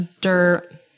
dirt